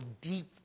deep